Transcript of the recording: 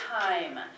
time